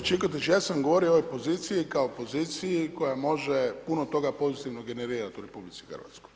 Kolegice Čikotić, ja sam govorio o ovoj poziciji kao poziciji koja može puno toga pozitivnog generirati u RH.